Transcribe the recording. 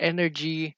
Energy